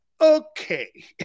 okay